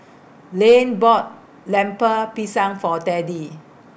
Lane bought Lemper Pisang For Teddy